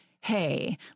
hey